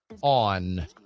on